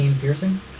piercing